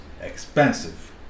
expensive